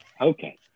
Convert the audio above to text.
Okay